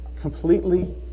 Completely